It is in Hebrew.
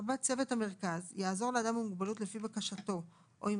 (4)צוות המרכז יעזור לאדם עם מוגבלות לפי בקשתו או אם